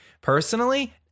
personally